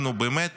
אנחנו באמת